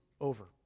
over